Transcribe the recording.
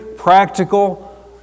practical